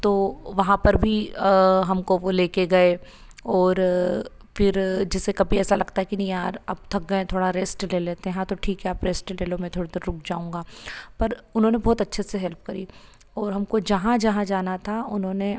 तो वहाँ पर भी हमको वो लेके गए और फिर जैसे कभी ऐसा लगता है कि नहीं यार अब थक गए हैं थोड़ा रेस्ट ले लेते हैं हाँ तो ठीक है आप रेस्ट ले लो मैं थोड़ी देर रुक जाऊंगा पर उन्होंने बहुत अच्छे से हेल्प करी और हमको जहाँ जहाँ जाना था उन्होंने